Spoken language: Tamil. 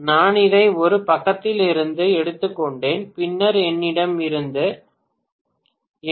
நான் இதை ஒரு புத்தகத்திலிருந்து எடுத்துக்கொண்டேன் பின்னர் என்னிடம் இருந்தது என்